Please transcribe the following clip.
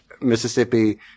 Mississippi